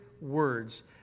words